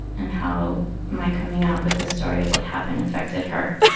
and how my coming out with the story of what happened affected her.